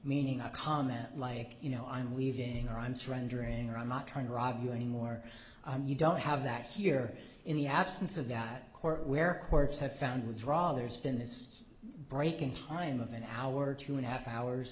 meaning a comment like you know i'm leaving or i'm surrendering or i'm not trying to rob you anymore you don't have that here in the absence of that court where courts have found withdraw there's been this break in time of an hour or two and a half hours